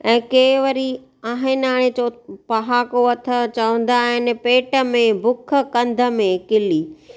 ऐं के वरी आहे नाहे जो पहाको अथव चवंदा आहिनि पेट में बुख कंध में किली